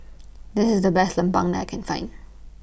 This IS The Best Lemang that I Can Find